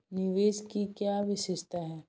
निवेश की क्या विशेषता है?